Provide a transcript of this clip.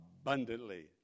abundantly